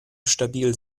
stabil